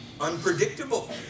unpredictable